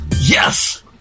Yes